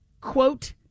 quote